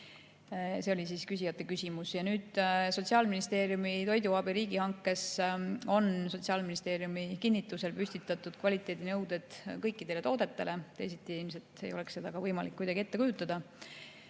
See oli siis küsijate küsimus. Sotsiaalministeeriumi toiduabi riigihankes on Sotsiaalministeeriumi kinnitusel püstitatud kvaliteedinõuded kõikidele toodetele. Teisiti ilmselt ei oleks seda võimalik kuidagi ette kujutada.